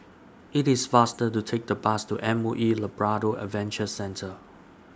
IT IS faster to Take The Bus to M O E Labrador Adventure Centre